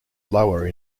lower